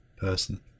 person